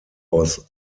aus